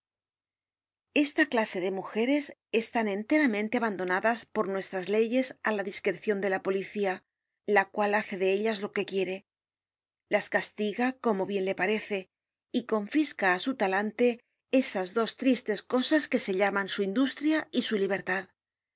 esta clase de mujeres están enteramente abandonadas por nuestras leyes á la discrecion de la policía la cual hace de ellas lo que quiere las castigacomo bien le parece y confisca á su talante esas dos tristes cosas que se llaman su industria y su libertad